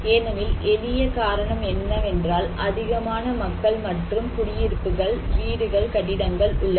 ஏனெனில் எளிய காரணம் என்னவென்றால் அதிகமான மக்கள் மற்றும் குடியிருப்புகள் வீடுகள் கட்டிடங்கள் உள்ளன